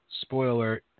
spoiler